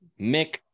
Mick